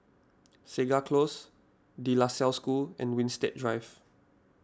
Segar Close De La Salle School and Winstedt Drive